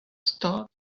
stad